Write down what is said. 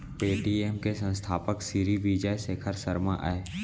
Paytm के संस्थापक सिरी विजय शेखर शर्मा अय